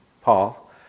Paul